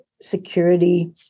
security